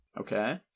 Okay